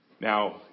Now